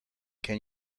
can